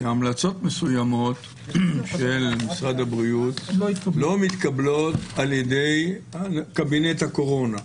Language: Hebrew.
שהמלצות מסוימות של משרד הבריאות לא מתקבלות על ידי קבינט הקורונה,